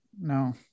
No